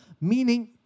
Meaning